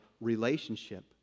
relationship